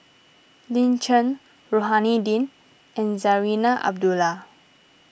Lin Chen Rohani Din and Zarinah Abdullah